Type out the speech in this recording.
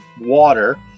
water